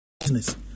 business